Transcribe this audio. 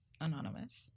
Anonymous